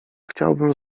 chciałbym